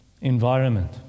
environment